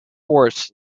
horse